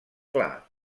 clar